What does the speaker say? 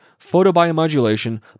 photobiomodulation